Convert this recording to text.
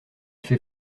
fait